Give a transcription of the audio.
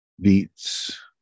beets